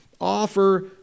offer